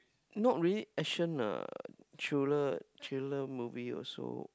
not really action lah thriller thriller movie also